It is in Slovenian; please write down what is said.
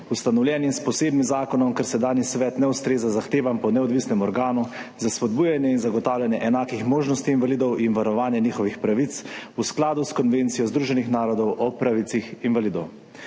ustanovljenim s posebnim zakonom, ker sedanji svet ne ustreza zahtevam po neodvisnem organu za spodbujanje in zagotavljanje enakih možnosti invalidov in varovanje njihovih pravic v skladu s Konvencijo Združenih narodov o pravicah invalidov.